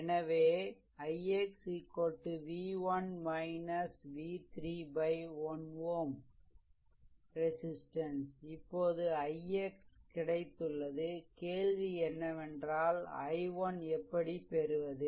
எனவே ix v1 v3 1 Ω resistance இப்போது ix கிடைத்துள்ளது கேள்வி என்னவென்றால் i1 எப்படி பெறுவது